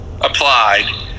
applied